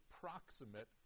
proximate